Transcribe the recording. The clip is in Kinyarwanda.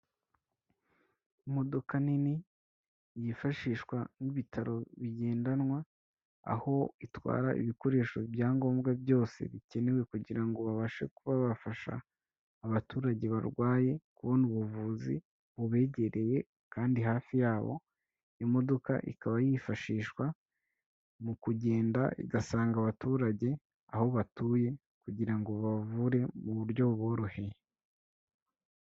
Imodoka nini yifashishwa nk'ibitaro bigendanwa, aho itwara ibikoresho, ibyangombwa byose bikenewe kugira ngo babashe kuba bafasha abaturage barwaye kubona ubuvuzi, bubegereye kandi hafi yabo, imodoka ikaba yifashishwa mu kugenda igasanga abaturage aho batuye, kugira ngo babavure mu buryo buboroheye.